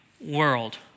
world